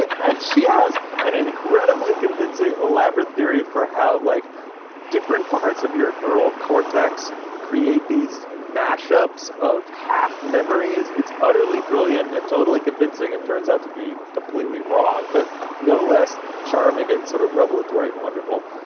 and she has an incredibly convincing, elaborate theory for how like different parts of your neural cortex create these mashups of half memories it's utterly brilliant and totally convincing and turns out to be completely wrong. but no less charming and sort of regulatory and wonderful.